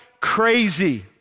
crazy